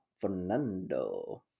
Fernando